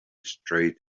straight